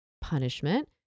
Punishment